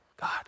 God